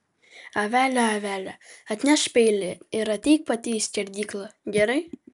avele avele atnešk peilį ir ateik pati į skerdyklą gerai